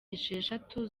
esheshatu